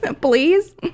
please